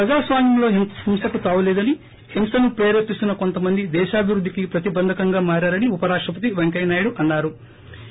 ప్రజాస్వామ్యంలో హింసకు తావులేదని హింసను ప్రేరేపిస్తున్న కొంతమంది దేశాభివృద్ధికి ప్రతిబంధకంగా మారారని ఉపరాష్టపతి వెంకయ్యనాయుడు అన్సారు